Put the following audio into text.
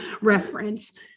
reference